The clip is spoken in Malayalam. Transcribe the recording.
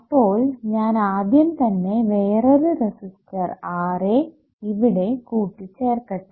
അപ്പോൾ ഞാൻ ആദ്യം തന്നെ വേറൊരു റെസിസ്റ്റർ Ra ഇവിടെ കൂട്ടി ചേർക്കട്ടെ